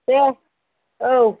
देह औ